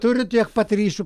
turiu tiek ryšių